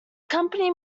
company